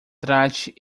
trate